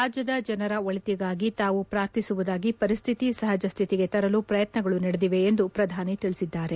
ರಾಜ್ಯದ ಜನರ ಒಳಿತಿಗಾಗಿ ತಾವು ಪ್ರಾರ್ಥಿಸುವುದಾಗಿ ಪರಿಶ್ಲಿತಿ ಸಹಜ ಸ್ಲಿತಿಗೆ ತರಲು ಪ್ರಯತ್ನಗಳು ನಡೆದಿವೆ ಎಂದು ಪ್ರಧಾನಿ ತಿಳಿಸಿದ್ದಾರೆ